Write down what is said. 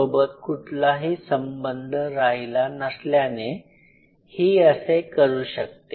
सोबत कुठलाही संबंध राहिला नसल्याने ही असे करू शकते